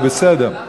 הוא בסדר.